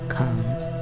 comes